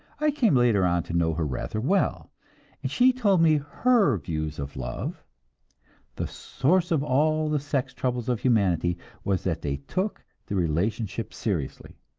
i came later on to know her rather well, and she told me her views of love the source of all the sex troubles of humanity was that they took the relationship seriously.